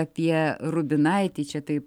apie rubinaitį čia taip